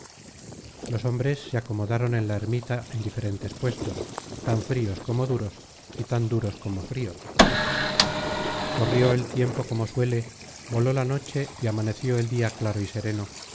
los hombres se acomodaron en la ermita en diferentes puestos tan frios como duros y tan duros como frios corrió el tiempo como suele voló la noche y amaneció el dia claro y sereno